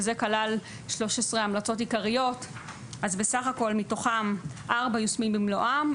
שזה כלל 13 המלצות עיקריות אז בסך הכול מתוכם ארבע יושמו במלואם,